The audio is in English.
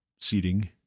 seating